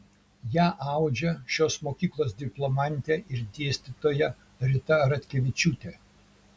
ją audžia šios mokyklos diplomantė ir dėstytoja rita ratkevičiūtė